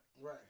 Right